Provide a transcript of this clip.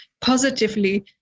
positively